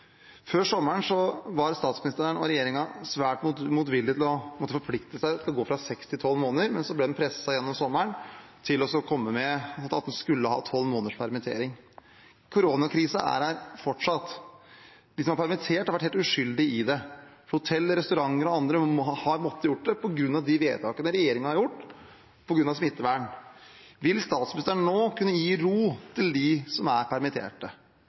Før sommeren var statsministeren og regjeringen svært motvillige til å forplikte seg til å gå fra seks til tolv måneder, men så ble de gjennom sommeren presset til å komme med at man skulle ha tolv måneders permittering. Koronakrisen er der fortsatt. De som har vært permittert, har vært helt uskyldige i det. Hoteller, restauranter og andre har måttet gjøre det på grunn av de vedtakene regjeringen har gjort, på grunn av smittevern. Vil statsministeren nå kunne gi ro til dem som er